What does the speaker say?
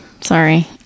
Sorry